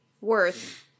worth